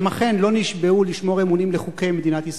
שהם אכן לא נשבעו לשמור אמונים לחוקי מדינת ישראל,